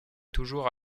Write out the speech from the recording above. toujours